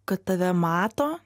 kad tave mato